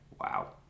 Wow